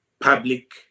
public